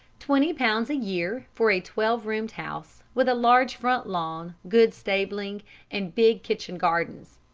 twenty pounds a year for a twelve-roomed house with large front lawn, good stabling and big kitchen gardens.